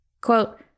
Quote